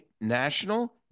national